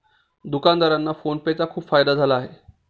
दुकानदारांना PhonePe चा खूप फायदा झाला आहे